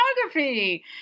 photography